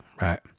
right